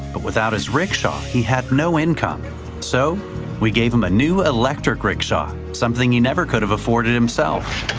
but without his rickshaw he had no income so we gave him a new electric rickshaw, something he never could have afforded himself.